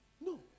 No